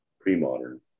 pre-modern